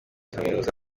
kaminuza